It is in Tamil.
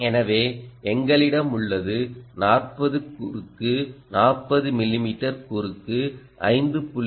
எனவே எங்களிடம் உள்ளது 40 குறுக்கு 40 மிமீ குறுக்கு 5